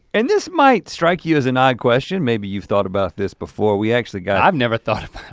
and this might strike you as an odd question, maybe you've thought about this before. we actually got i've never thought